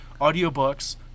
audiobooks